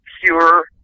pure